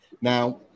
Now